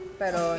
pero